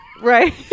Right